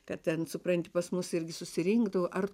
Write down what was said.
kad ten supranti pas mus irgi susirinkdavo ar